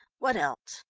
what else?